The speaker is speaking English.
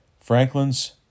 Franklin's